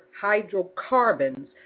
hydrocarbons